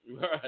Right